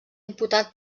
imputat